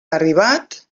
arribat